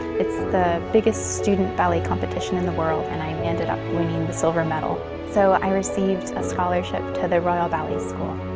it's the biggest student ballet competition in the world, and i ended up winning the silver medal. so i received a scholarship to the royal ballet school.